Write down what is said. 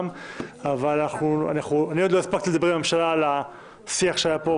אבל אני עוד לא הספקתי לדבר עם הממשלה על השיח שהיה פה,